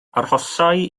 arhosai